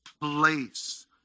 place